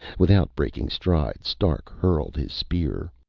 without breaking stride, stark hurled his spear.